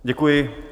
Děkuji.